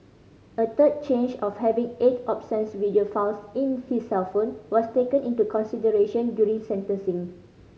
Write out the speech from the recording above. a third charge of having eight obscene video files in his cellphone was taken into consideration during sentencing